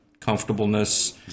Comfortableness